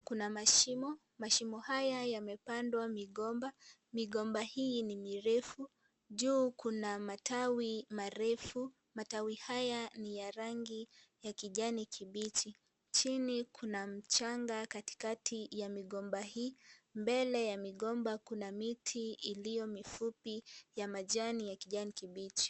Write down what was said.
Kuna mashimo, mashimo haya yamepandwa migomba . Migomba hii ni mirefu juu kuna matawi marefu. Matawi haya ni ya rangi ya kijani kibichi. Chini kuna mchanga katikati ya migomba hii , mbele ya migomba kuna miti iliyo mifupi ya majani ya kijani kibichi.